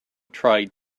tried